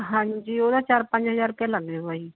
ਹਾਂਜੀ ਉਹਦਾ ਚਾਰ ਪੰਜ ਹਜ਼ਾਰ ਰੁਪਇਆ ਲੱਗ ਜਾਵੇਗਾ ਜੀ